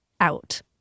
out